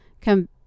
Come